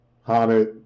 Haunted